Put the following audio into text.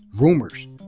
rumors